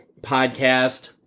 podcast